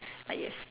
but yes